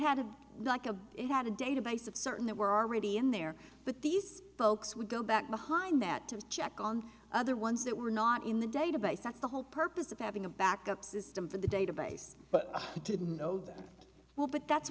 a like a it had a database of certain that were already in there but these folks would go back behind that to check on other ones that were not in the database that's the whole purpose of having a backup system for the database but i didn't know that well but that's